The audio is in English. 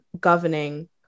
governing